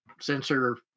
sensor